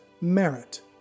merit